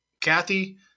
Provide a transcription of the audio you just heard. Kathy